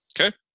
Okay